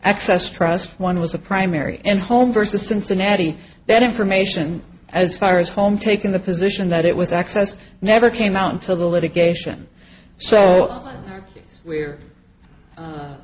access trust one was the primary and home versus cincinnati that information as far as home taking the position that it was access never came out until the litigation so we're a